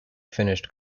finished